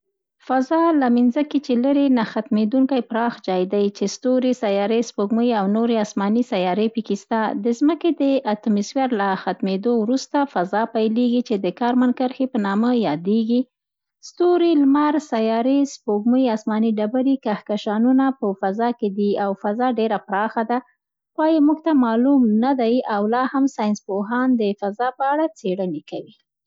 فضا له مینځکې چې لېرې نه ختمېدونکی پراخ جای دی، چي ستوري، سیارې، سپوږمۍ او نورې اسماني سیارې پکې سته. د ځمکې د اتموسفیر له ختمېدو وروسته فضا پیلېږي، چي د کارمن کرښې په نامه یادیږي. ستوري، لمر، سیارې، سپوږمۍ، اسماني ډبرې، کهکشانونه په فضا کې دي او فضا ډېره پراخه ده، پای یې موږ ته معلوم نه دی او لا هم ساینس پوهان د فضا په اړه څېړنې کوي.